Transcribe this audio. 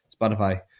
Spotify